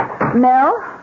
Mel